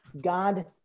God